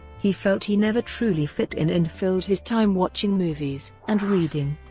he felt he never truly fit in and filled his time watching movies and reading.